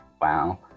Wow